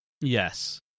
Yes